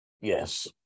yes